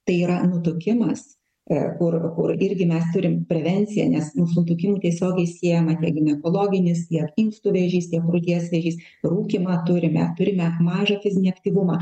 tai yra nutukimas a kur kur irgi mes turim prevenciją nes su nutukimu tiesiogiai siejama tiek ginekologinis tiek inkstų vėžys tiek krūties vėžys rūkymą turime turime mažą fizinį aktyvumą